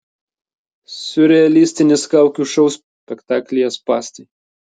siurrealistinis kaukių šou spektaklyje spąstai